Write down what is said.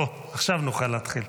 אוה, עכשיו נוכל להתחיל.